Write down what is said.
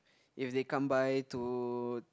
if they come by to